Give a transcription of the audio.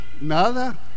Nada